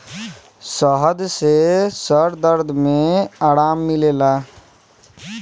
शहद से सर दर्द में आराम मिलेला